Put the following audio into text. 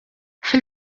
fil